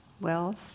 wealth